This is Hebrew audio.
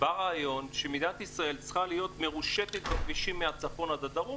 בא רעיון שמדינת ישראל צריכה להיות מרושתת בכבישים מהצפון עד לדרום